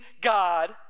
God